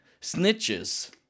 snitches